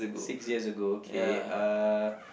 six years ago okay uh